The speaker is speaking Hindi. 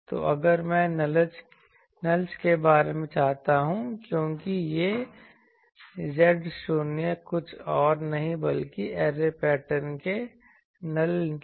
तो अगर मैं नलज के बारे में चाहता हूँ क्योंकि ये Z शून्य कुछ और नहीं बल्कि ऐरे पैटर्न के नल हैं